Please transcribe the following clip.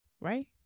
right